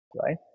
right